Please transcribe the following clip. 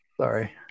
sorry